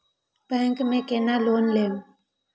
Bank में केना loan लेम?